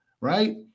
right